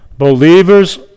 Believers